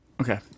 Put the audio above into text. Okay